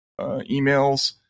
emails